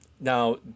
Now